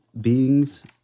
beings